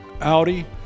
Audi